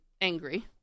angry